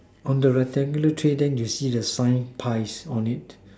on the rectangular tray than you see the sign pies on it